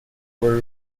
were